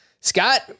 Scott